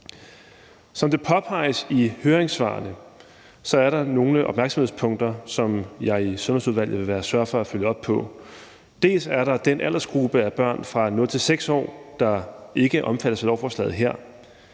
Som det påpeges i høringssvarene, er der nogle opmærksomhedspunkter, som jeg i Sundhedsudvalget vil sørge for at følge op på. Dels er der den aldersgruppe af børn fra 0 til 6 år, der ikke omfattes af lovforslaget her.